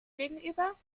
gegenüber